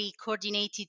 coordinated